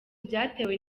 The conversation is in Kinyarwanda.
byatewe